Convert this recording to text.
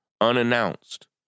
unannounced